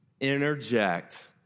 interject